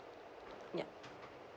yup